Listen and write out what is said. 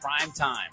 Primetime